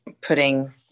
putting